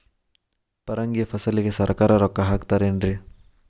ಪರಂಗಿ ಫಸಲಿಗೆ ಸರಕಾರ ರೊಕ್ಕ ಹಾಕತಾರ ಏನ್ರಿ?